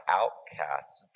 outcasts